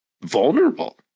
vulnerable